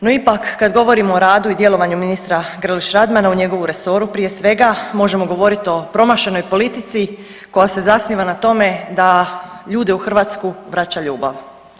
No, ipak kad govorimo o radu i djelovanju ministra Grlić Radmana u njegovu resoru prije svega možemo govoriti o promašenoj politici koja se zasniva na tome da ljude u Hrvatsku vraća ljubav.